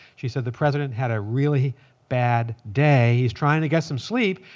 she said, the president had a really bad day. he's trying to get some sleep,